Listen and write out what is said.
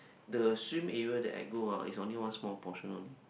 the swim area that I go ah is only one small portion only